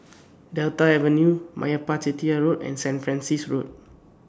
Delta Avenue Meyappa Chettiar Road and Saint Francis Road